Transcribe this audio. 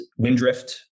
Windrift